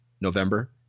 November